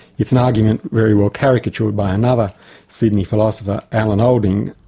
it's an argument very well caricatured by another sydney philosopher alan olding.